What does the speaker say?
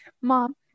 Mom